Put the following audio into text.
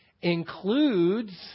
includes